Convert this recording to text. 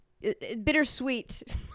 bittersweet